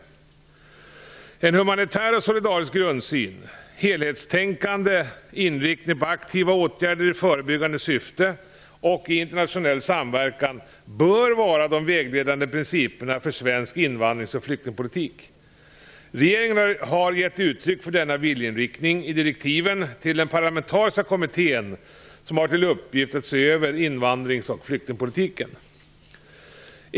En humanitär och solidarisk grundsyn, helhetstänkande, inriktning på aktiva åtgärder i förebyggande syfte och i internationell samverkan bör vara de vägledande principerna för svensk invandrings och flyktingpolitik. Regeringen har gett uttryck för denna viljeinriktning i direktiven till den parlamentariska kommittén som har till uppgift att se över invandrings och flyktingpolitiken.